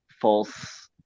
false